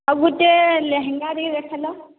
ଆଉ ଗୁଟେ ଲେହେଙ୍ଗା ଟିକେ ଦେଖାଇଲ